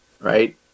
right